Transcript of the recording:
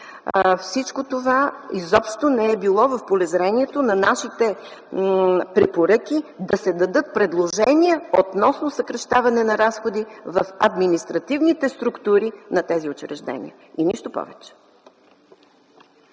Всичко това изобщо не е било в полезрението на нашите препоръки – да се дадат предложения относно съкращаване на разходи в административните структури на тези учреждения. И нищо повече!